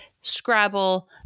Scrabble